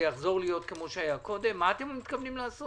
יחזור להיות כפי שהיה קודם מה כוונתכם לעשות?